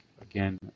again